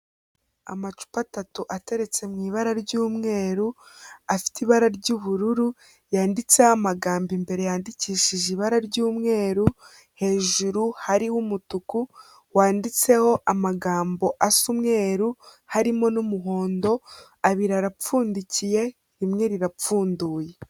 Amacupa atatu ateretse mu ibara ry'umweru afite ibara ry'ubururu yanditseho amagambo imbere yandikishije ibara ry'umweru, hejuru hariho umutuku wanditseho amagambo asa umweru harimo n'umuhondo, abiri arapfundikiye rimwe rirapfunduye.